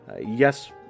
Yes